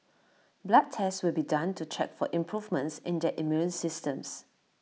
blood tests will be done to check for improvements in their immune systems